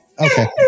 Okay